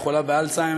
היא חולה באלצהיימר,